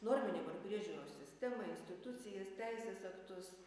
norminimą ir priežiūros sistemą institucijas teisės aktus